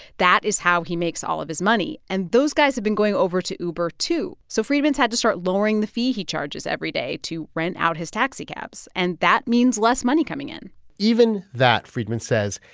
that is how he makes all of his money. and those guys have been going over to uber too. so freidman's had to start lowering the fee he charges every day to rent out his taxicabs. and that means less money coming in even that, freidman says,